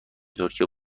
ترکیه